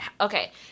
okay